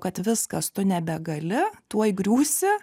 kad viskas tu nebegali tuoj griūsi